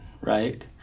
right